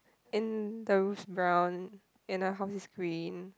and those brown and the house is green